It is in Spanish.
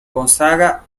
gonzaga